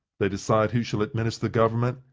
they decide who shall administer the government,